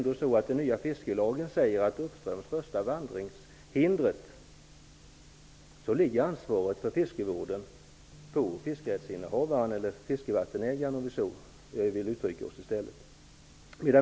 Den nya fiskelagen säger att uppströms första vandringshinder ligger ansvaret för fiskevården på fiskerättsinnehavaren -- eller fiskevattensägaren, om vi så vill uttrycka oss i stället.